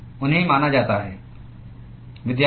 उन्हें माना जाता है कैसे